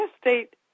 state